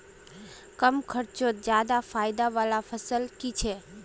कम खर्चोत ज्यादा फायदा वाला फसल की छे?